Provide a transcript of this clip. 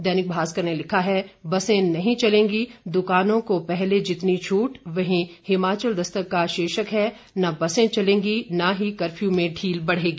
दैनिक भास्कर ने लिखा है बसें नहीं चलेंगी दुकानों को पहले जितनी छूट वहीं हिमाचल दस्तक का शीर्षक है न बसें चलेंगी न ही कर्फ्यू में ढील बढ़ेगी